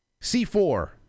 C4